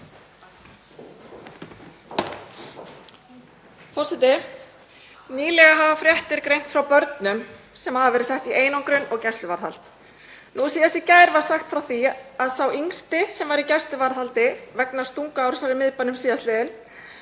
Forseti. Í nýlegri frétt er greint frá börnum sem hafa verið sett í einangrun og gæsluvarðhald. Nú síðast í gær var sagt frá því að sá yngsti sem var í gæsluvarðhaldi vegna stunguárásar í miðbænum síðastliðna